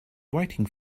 waiting